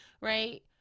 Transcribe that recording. right